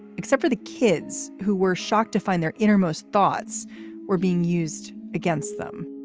except for the kids who were shocked to find their innermost thoughts were being used against them.